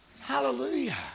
Hallelujah